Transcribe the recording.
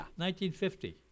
1950